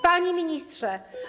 Panie Ministrze!